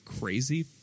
crazy